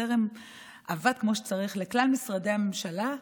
הזרם עבד כמו שצריך לכלל משרדי הממשלה.